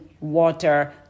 water